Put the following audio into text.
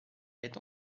est